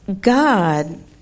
God